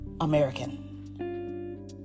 American